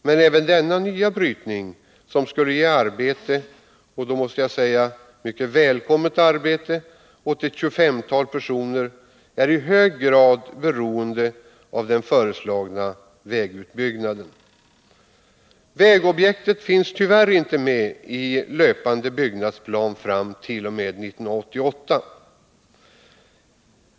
Men även denna nya brytning, som skulle ge arbete — mycket välkommet arbete — åt ett tjugofemtal personer, är i hög grad beroende av den föreslagna vägutbyggnaden. Vägobjektet finns tyvärr inte med i löpande byggnadsplan fram t.o.m. 1988.